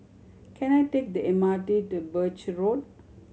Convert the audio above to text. can I take the M R T to Birch Road